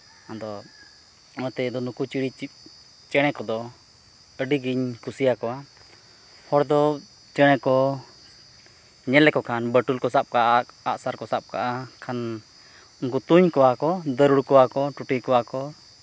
ᱟᱫᱚ ᱚᱱᱟᱛᱮ ᱱᱩᱠᱩ ᱪᱮᱬᱮ ᱪᱤᱯ ᱪᱮᱬᱮ ᱠᱚᱫᱚ ᱟᱹᱰᱤ ᱜᱮᱧ ᱠᱩᱥᱤᱭᱟᱠᱚᱣᱟ ᱦᱚᱲ ᱫᱚ ᱪᱮᱬᱮ ᱠᱚ ᱧᱮᱞ ᱞᱮᱠᱚ ᱠᱷᱟᱱ ᱵᱟᱴᱚᱞ ᱠᱚ ᱥᱟᱵ ᱠᱟᱜᱼᱟ ᱟᱜ ᱥᱟᱨ ᱠᱚ ᱥᱟᱵ ᱠᱟᱜᱼᱟ ᱠᱷᱟᱱ ᱩᱱᱠᱩ ᱛᱩᱧ ᱠᱚᱣᱟ ᱠᱚ ᱫᱟᱨᱩᱲ ᱠᱚᱣᱟ ᱠᱚ ᱴᱩᱴᱤ ᱠᱚᱣᱟ ᱠᱚ